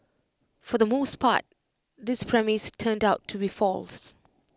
for the most part this premise turned out to be false